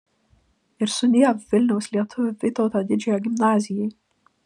ir sudiev vilniaus lietuvių vytauto didžiojo gimnazijai